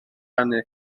canu